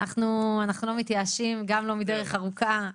אנחנו לא מתייאשים גם לא מדרך ארוכה,